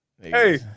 Hey